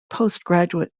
postgraduate